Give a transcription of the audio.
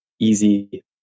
easy